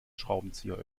schraubenzieher